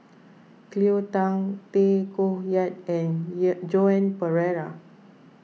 Cleo Thang Tay Koh Yat and Joan Pereira